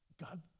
God